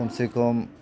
खमसे खम